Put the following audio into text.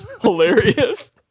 hilarious